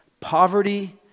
Poverty